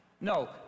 No